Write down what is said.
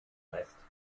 rest